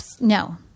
No